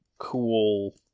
Cool